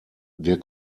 der